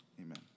Amen